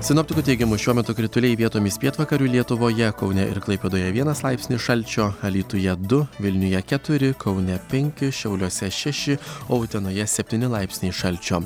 sinoptikų teigimu šiuo metu krituliai vietomis pietvakarių lietuvoje kaune ir klaipėdoje vienas laipsnis šalčio alytuje du vilniuje keturi kaune penki šiauliuose šeši o utenoje septyni laipsniai šalčio